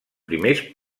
primers